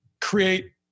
create